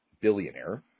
billionaire